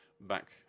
back